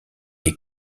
est